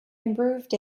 improved